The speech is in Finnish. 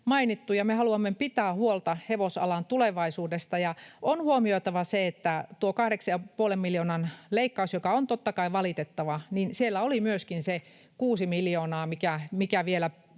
ja me haluamme pitää huolta hevosalan tulevaisuudesta. On huomioitava, että vaikka tuo 8,5 miljoonan leikkaus on totta kai valitettava, niin siellä oli myöskin se 6 miljoonaa, mikä vielä